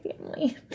family